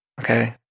Okay